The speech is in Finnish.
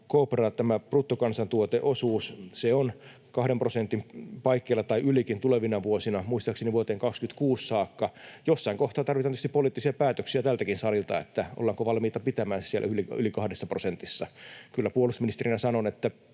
tämä bruttokansantuoteosuus: Se on kahden prosentin paikkeilla tai ylikin tulevina vuosina muistaakseni vuoteen 26 saakka. Jossain kohtaa tarvitaan tietysti poliittisia päätöksiä tältäkin salilta siitä, ollaanko valmiita pitämään se siellä yli kahdessa prosentissa. Kyllä puolustusministerinä sanon,